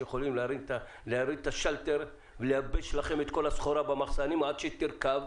שיכולות להוריד את השאלטר ולייבש לכם את כל הסחורה במחסנים עד שתירקב,